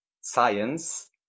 science